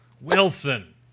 Wilson